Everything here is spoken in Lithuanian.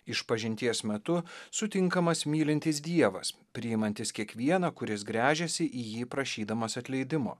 išpažinties metu sutinkamas mylintis dievas priimantis kiekvieną kuris gręžiasi į jį prašydamas atleidimo